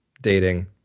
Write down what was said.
dating